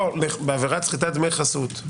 פה בעבירת סחיטת דמי חסות,